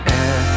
air